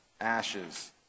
ashes